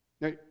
now